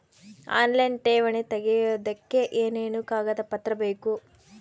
Online ಠೇವಣಿ ತೆಗಿಯೋದಕ್ಕೆ ಏನೇನು ಕಾಗದಪತ್ರ ಬೇಕು?